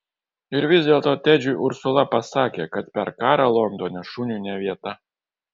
ir vis dėlto tedžiui ursula pasakė kad per karą londone šuniui ne vieta